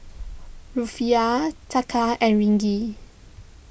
Rufiyaa Taka and Ringgit